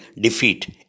defeat